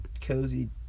cozy